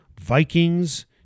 Vikings